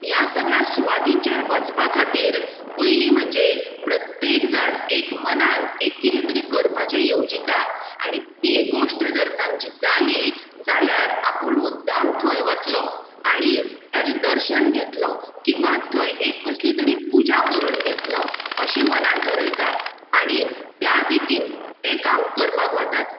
ह्या सगळ्या सुवातींचेर वचपा खातीर पयलीं म्हणजे प्रत्येक जण एक मनान एक कितें तरी करपाचें योजिता आनी ती गोश्ट जर तांची जाली जाल्यार आपूण मुद्दाम थंय वतलो आनी ताजें दर्शन घेतलो किंवा थंय एक कसली तरी पुजा करून घेतलो अशें मनांत ठरयता आनी त्या रितीन तें काम करपाक वतात